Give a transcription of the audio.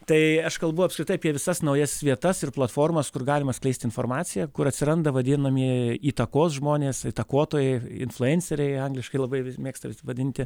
tai aš kalbu apskritai apie visas naujas vietas ir platformas kur galima skleisti informaciją kur atsiranda vadinamieji įtakos žmonės įtakotojai influenceriai angliškai labai mėgsta visi vadinti